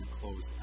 close